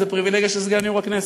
זו פריבילגיה של סגן יושב-ראש הכנסת.